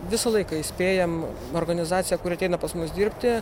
visą laiką įspėjam organizaciją kuri ateina pas mus dirbti